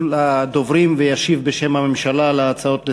לדוברים וישיב בשם הממשלה על ההצעות לסדר-יום,